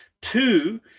Two